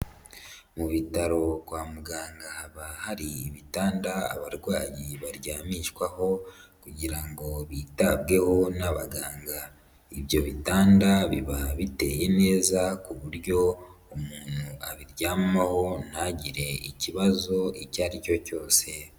Mu bitaro kwa muganga haba hari ibitanda abarwayi baryamishwaho kugira ngo bitabweho n'abaganga, ibyo bitanda biba biteye neza ku buryo umuntu abiryamaho ntagire ikibazo icyo ari cyo cyose.